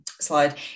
slide